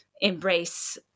embrace